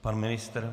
Pan ministr?